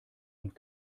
und